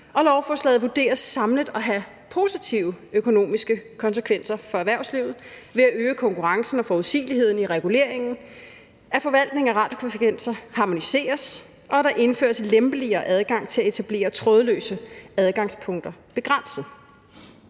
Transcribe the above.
Lovforslaget vurderes samlet at have positive økonomiske konsekvenser for erhvervslivet ved at øge konkurrencen og forudsigeligheden i reguleringen, ved at forvaltningen af radiofrekvenser harmoniseres, og ved at der indføres lempeligere adgang til at etablere trådløse adgangspunkter med begrænset